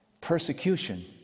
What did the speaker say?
Persecution